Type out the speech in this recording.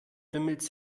bimmelte